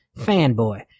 fanboy